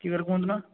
କି ବାର କୁହନ୍ତୁ ନା